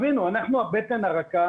אנחנו הבטן הרכה